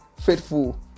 faithful